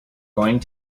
going